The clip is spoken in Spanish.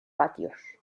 patios